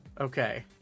Okay